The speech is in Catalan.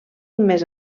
més